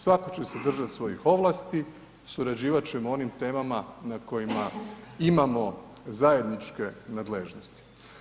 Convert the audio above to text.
Svatko će se držat svojih ovlasti, surađivat ćemo o onim temama na kojima imamo zajedničke nadležnosti.